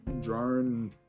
drone